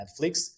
Netflix